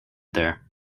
there